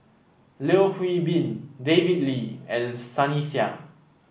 Yeo Hwee Bin David Lee and Sunny Sia